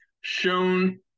shown